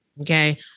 Okay